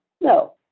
No